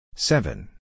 Seven